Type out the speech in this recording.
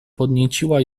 podnieciła